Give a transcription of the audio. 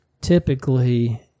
Typically